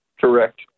Correct